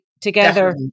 Together